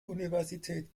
universität